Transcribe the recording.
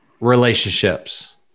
relationships